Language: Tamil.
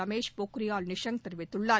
ரமேஷ் பொக்ரியால் நிஷாங்க் தெரிவித்துள்ளார்